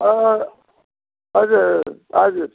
अँ हजुर हजुर